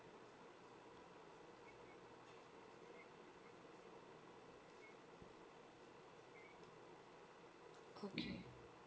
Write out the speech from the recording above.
okay